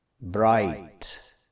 Bright